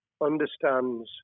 understands